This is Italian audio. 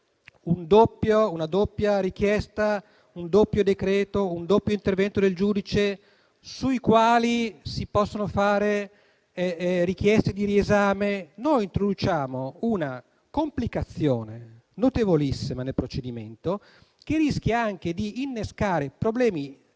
una doppia richiesta, un doppio decreto e un doppio intervento del giudice, interventi sui quali si possono fare richieste di riesame, noi introduciamo una complicazione notevolissima nel procedimento, che rischia anche di innescare problemi